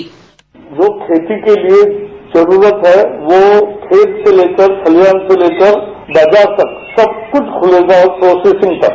bite जो खेती के लिए जरूरत है वो खेत से लेकर खलिहान से लेकर बाजार तक सब कुछ खुलेगा प्रोसेसिंग तक